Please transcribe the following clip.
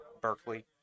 berkeley